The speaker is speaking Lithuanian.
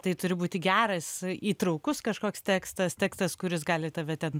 tai turi būti geras įtraukus kažkoks tekstas tekstas kuris gali tave ten